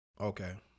Okay